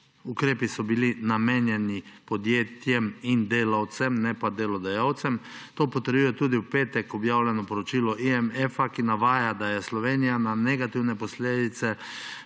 Ukrepi so bili namenjeni podjetjem in delavcem, ne pa delodajalcem. To potrjuje tudi v petek objavljeno poročilo IMF, ki navaja, da je Slovenija na negativne posledice